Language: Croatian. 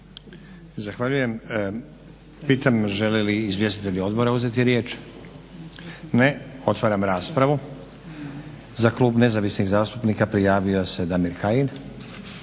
Zahvaljujem. Pitam žele li izvjestitelji odbora uzeti riječ? Ne. Otvaram raspravu. Za klub Nezavisnih zastupnika prijavio se Damir Kajin.